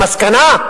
המסקנה,